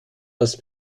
als